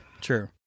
true